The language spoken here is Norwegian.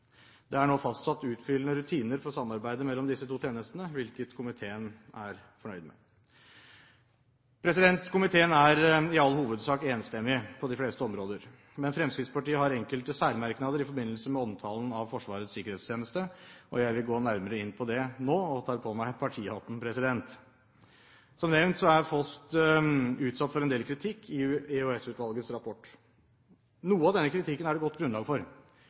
Det er nå fastsatt utfyllende rutiner for samarbeidet mellom disse to tjenestene, hvilket komiteen er fornøyd med. Komiteen er i all hovedsak enstemmig på de fleste områder, men Fremskrittspartiet har enkelte særmerknader i forbindelse med omtalen av Forsvarets sikkerhetstjeneste. Jeg vil gå nærmere inn på det nå, og tar på meg partihatten. Som nevnt er FOST utsatt for en del kritikk i EOS-utvalgets rapport. Noe av denne kritikken er det godt grunnlag for,